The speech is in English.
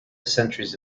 centuries